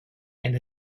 and